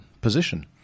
position